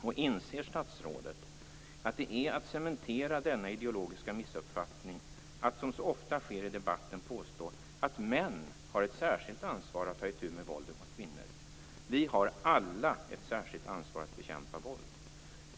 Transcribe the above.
Inser statsrådet att det är att cementera denna ideologiska missuppfattning att, som så ofta sker i debatten, påstå att män har ett särskilt ansvar att ta itu med våldet mot kvinnor. Vi har alla ett särskilt ansvar att bekämpa våld.